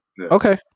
Okay